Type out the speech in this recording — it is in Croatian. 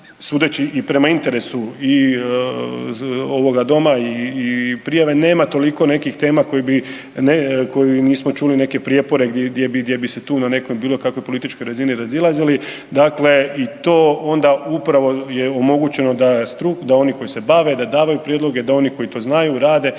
sudeći i prema interesu ovoga doma i prijave nema toliko nekih tema koje bi, koju nismo čuli neke prijepore gdje bi, gdje bi se tu na nekoj bilo kakvoj političkoj razini razilazili. Dakle, i to onda upravo je omogućeno da oni koji se bave da davaju prijedloge, da oni koji to znaju rade